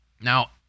Now